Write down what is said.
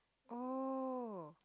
oh